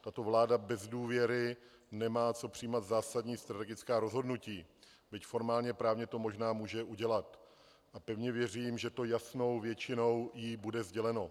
Tato vláda bez důvěry nemá co přijímat zásadní strategická rozhodnutí, byť formálněprávně to možná může udělat, a pevně věřím, že jí to jasnou většinou bude sděleno.